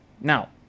now